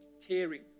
tearing